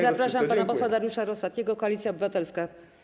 Zapraszam pana posła Dariusza Rosatiego, Koalicja Obywatelska.